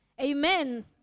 Amen